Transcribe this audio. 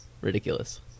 ridiculous